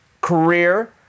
career